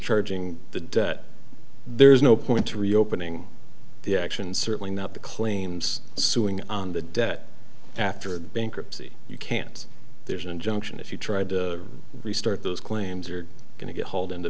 discharging the debt there's no point to reopening the action certainly not the claims suing on the debt after the bankruptcy you can't there's an injunction if you tried to restart those claims you're going to get hauled into